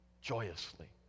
joyously